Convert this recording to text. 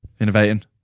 innovating